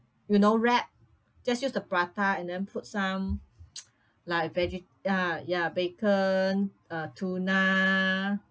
you know wrap just use the prata and then put some like vege~ ah ya bacon uh tuna